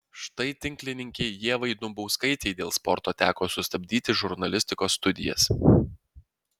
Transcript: štai tinklininkei ievai dumbauskaitei dėl sporto teko sustabdyti žurnalistikos studijas